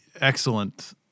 excellent